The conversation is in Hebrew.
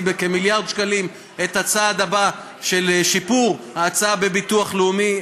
בכמיליארד שקלים את הצעד של שיפור ההצעה בביטוח לאומי.